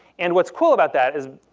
and what's cool about that is,